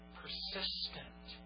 persistent